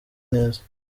neza